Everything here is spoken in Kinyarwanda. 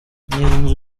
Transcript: inzu